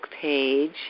page